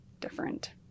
different